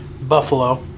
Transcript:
Buffalo